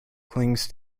clings